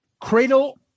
cradle